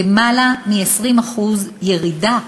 למעלה מ-20% ירידה